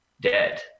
dead